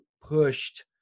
pushed